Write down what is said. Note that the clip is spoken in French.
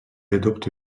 adopte